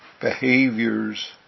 behaviors